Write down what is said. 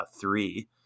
three